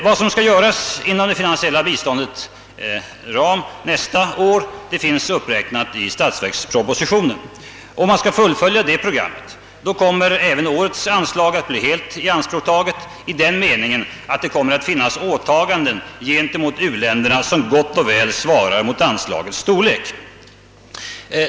Vad som skall göras inom det finansiella biståndets ram nästa år finns uppräknat i statsverkspropositionen. Om man skall fullfölja det programmet komnmer även årets anslag att helt tas i anspråk i den meningen att det kommer att finnas åtaganden gentemot u-länderna som gott och väl svarar mot anslagets storlek.